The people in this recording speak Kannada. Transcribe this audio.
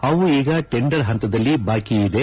ಅವು ಈಗ ಟೆಂಡರ್ ಹಂತದಲ್ಲಿ ಬಾಕಿಯಿವೆ